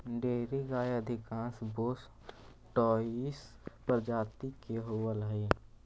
dairy गाय अधिकांश बोस टॉरस प्रजाति के होवऽ हइ